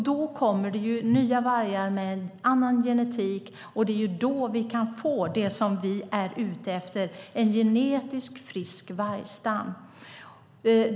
Då kommer det nya vargar med en annan genetik, och det är då vi kan få det vi är ute efter, det vill säga en genetiskt frisk vargstam.